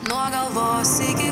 nuo galvos iki